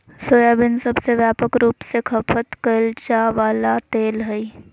soybean सबसे व्यापक रूप से खपत कइल जा वला तेल हइ